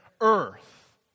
earth